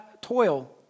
toil